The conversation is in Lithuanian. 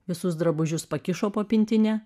visus drabužius pakišo po pintine